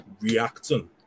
reacting